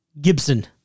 Gibson